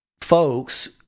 folks